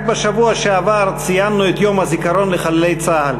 רק בשבוע שעבר ציינו את יום הזיכרון לחללי צה"ל.